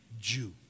Jew